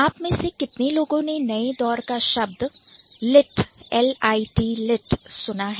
आप में से कितने लोगों ने नए दौर का शब्द Lit सुना है